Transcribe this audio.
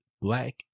black